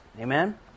Amen